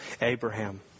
Abraham